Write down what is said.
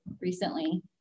recently